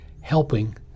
helping